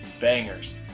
bangers